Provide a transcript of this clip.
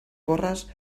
gorres